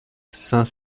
cinq